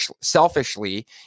selfishly